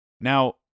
Now